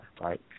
right